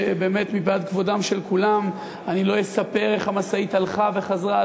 ומפאת כבודם של כולם לא אספר איך המשאית נסעה וחזרה,